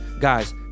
Guys